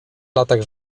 latach